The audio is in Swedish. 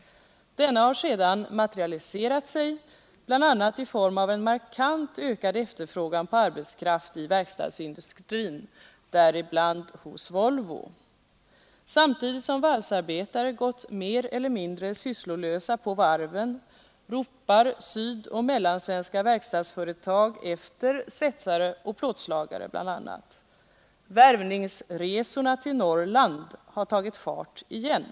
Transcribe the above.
Denna har sedan materialiserat sig, bl.a. i form av en markant ökad efterfrågan på arbetskraft i verkstadsindustrin, däribland hos Volvo. Samtidigt som varvsarbetare gått mer eller mindre sysslolösa på varven ropar sydoch mellansvenska verkstadsföretag efter svetsare och plåtslagare bl.a. Värvningsresorna till Norrland har tagit fart igen.